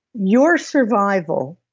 your survival.